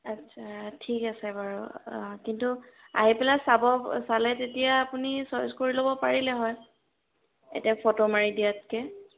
আচ্ছা ঠিক আছে বাৰু কিন্তু আহি পেলাই চাব চালে তেতিয়া আপুনি চইচ কৰি ল'ব পাৰিলে হয় এতিয়া ফটো মাৰি দিয়াতকৈ